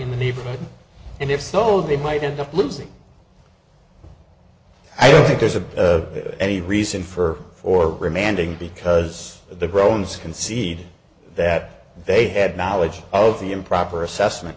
in the neighborhood and if so they might end up losing i don't think there's a bit any reason for for remanding because the groans conceded that they had knowledge of the improper assessment